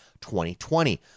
2020